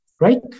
right